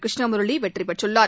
கிருஷ்ணமுரளி வெற்றி பெற்றுள்ளார்